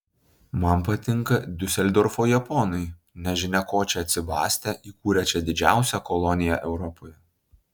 man patinka diuseldorfo japonai nežinia ko čia atsibastę įkūrę čia didžiausią koloniją europoje